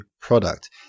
product